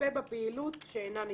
יצפה בפעילות שאינה נתמכת".